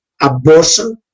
abortion